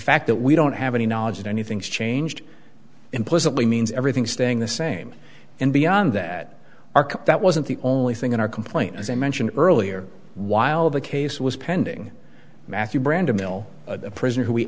fact that we don't have any knowledge that anything's changed implicitly means everything staying the same and beyond that are cut that wasn't the only thing in our complaint as i mentioned earlier while the case was pending matthew brandon hill a prisoner who we